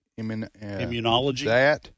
immunology